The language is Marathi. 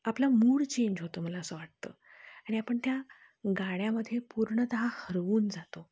आपला मूड चेंज होतो मला असं वाटतं आणि आपण त्या गाण्यामध्ये पूर्णतः हरवून जातो